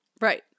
Right